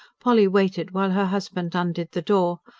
polly waited while her husband undid the door,